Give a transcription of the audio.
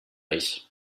ich